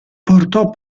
portò